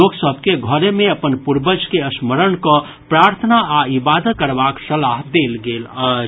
लोक सभ के घरे मे अपन पूर्वज के स्मरण कऽ प्रार्थना आ इबादत करबाक सलाह देल गेल अछि